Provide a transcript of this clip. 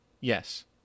Yes